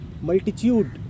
multitude